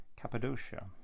Cappadocia